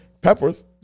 peppers